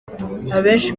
abenshi